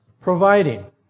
Providing